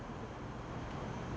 okay